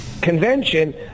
convention